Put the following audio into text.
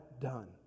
done